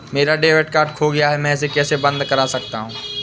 मेरा debit card खो गया है मैं इसे कैसे बंद करवा सकता हूँ?